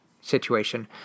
situation